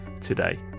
today